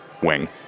wing